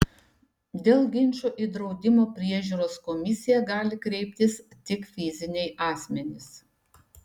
dėl ginčų į draudimo priežiūros komisiją gali kreiptis tik fiziniai asmenys